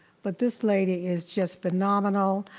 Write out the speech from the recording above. but this lady is just phenomenal,